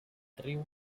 riu